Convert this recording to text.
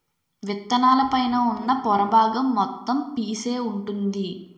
విత్తనాల పైన ఉన్న పొర బాగం మొత్తం పీసే వుంటుంది